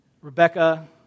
Rebecca